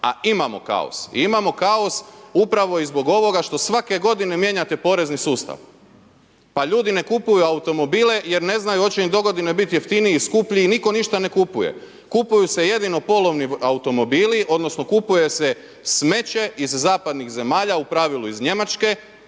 A imamo kaos. Imamo kaos upravo i zbog ovoga što svake godine mijenjate porezni sustav. Pa ljudi ne kupuju automobile jer ne znaju hoće im dogodine biti jeftiniji, skuplji, nitko ništa ne kupuje. Kupuju se jedino polovni automobili odnosno kupuje se smeće iz zapadnih zemalja, u pravilu iz Njemačke,